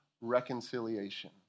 reconciliation